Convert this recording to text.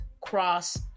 cross